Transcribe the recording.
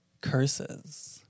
curses